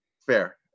Fair